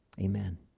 amen